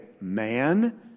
man